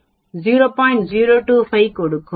025 கொடுக்கும்